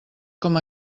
com